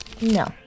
No